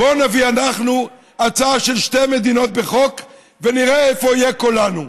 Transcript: בואו נביא אנחנו הצעה של שתי מדינות בחוק ונראה איפה יהיה קולנו.